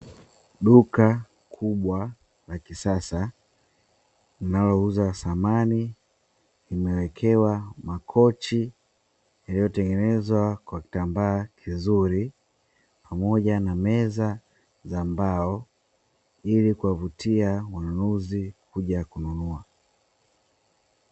Duka kubwa la kisasa linalouza samani limewekewa makochi yaliyotengenezwa kwa kitambaa kizuri, pamoja na meza za mbao ili kuwavutia wanunuzi kuja kununua.